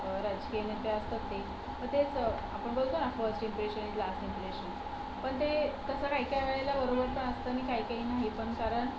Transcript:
राजकीय नेते असतात ते मग तेच आपण बोलतो ना फर्स्ट इम्प्रेशन लास्ट इम्प्रेशन पण ते तसं काही काही वेळेला बरोबर पण असतं आणि काही काही वेळेला नाही पण कारण